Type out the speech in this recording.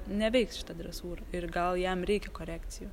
neveiks šita dresūra ir gal jam reikia korekcijų